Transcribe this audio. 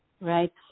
right